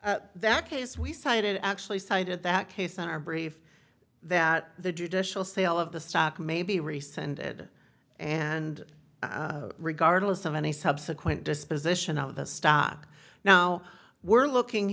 at that case we cited actually cited that case in our brief that the judicial sale of the stock may be rescinded and regardless of any subsequent disposition of the stock now we're looking